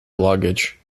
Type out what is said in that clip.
luggage